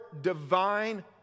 divine